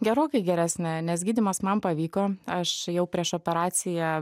gerokai geresnė nes gydymas man pavyko aš jau prieš operaciją